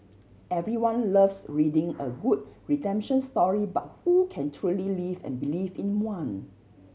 everyone loves reading a good redemption story but who can truly live and believe in one